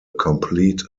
complete